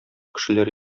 кешеләр